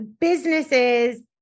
businesses